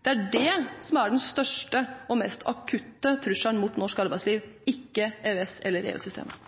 Det er det som er den største og mest akutte trusselen mot norsk arbeidsliv, ikke EØS eller